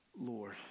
Lord